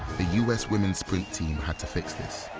the us women's sprint team had to fix this.